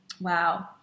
Wow